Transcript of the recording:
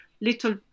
little